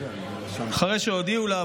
אחרי שהודיעו לה,